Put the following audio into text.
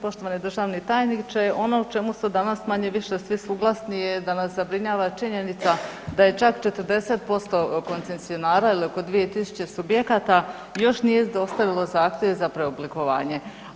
Poštovani državni tajniče, ono o čemu su danas manje-više svi suglasni je da nas zabrinjava činjenica da je čak 40% koncesionara ili oko 2000 subjekata još nije dostavilo zahtjeve za preoblikovanje.